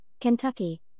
Kentucky